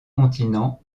continent